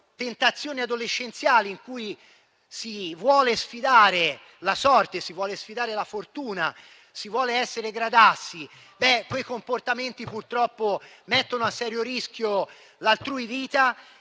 tentazioni adolescenziali a causa delle quali si vuole sfidare la sorte, si vuole sfidare la fortuna, si vuole essere gradassi. Questi comportamenti purtroppo mettono a serio rischio la vita